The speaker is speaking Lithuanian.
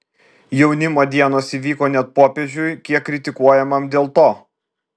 jaunimo dienos įvyko net popiežiui kiek kritikuojamam dėl to